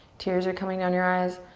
tears are coming down your eyes.